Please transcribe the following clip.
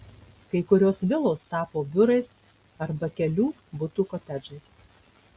kai kurios vilos tapo biurais arba kelių butų kotedžais